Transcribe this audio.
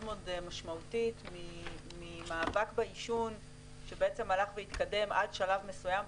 משמעותית ממאבק בעישון שהלך והתקדם עד שלב מסוים,